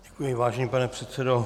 Děkuji, vážený pane předsedo.